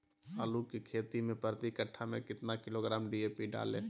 आलू की खेती मे प्रति कट्ठा में कितना किलोग्राम डी.ए.पी डाले?